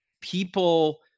people